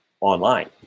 online